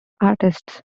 artists